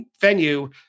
venue